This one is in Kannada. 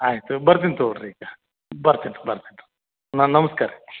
ಆಯಿತು ಬರ್ತೀನಿ ತೊಗೋಳ್ರಿ ಈಗ ಬರ್ತೀನಿ ಬರ್ತೀನಿ ನಮ್ಸ್ಕಾರ ರೀ